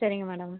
சரிங்க மேடம்